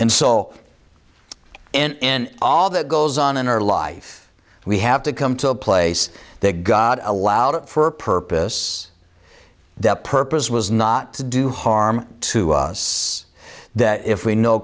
and so in all that goes on in our life we have to come to a place that god allowed it for a purpose the purpose was not to do harm to us that if we know